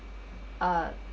uh